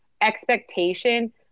expectation